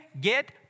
get